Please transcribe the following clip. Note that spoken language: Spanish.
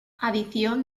adición